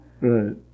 Right